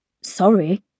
Sorry